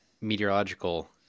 meteorological